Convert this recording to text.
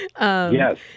Yes